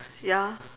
ya